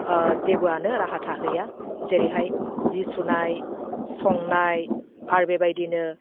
जेबोआनो राहा थाहैया जेरैहाय जि सुनाय संनाय आरो बेबायदिनो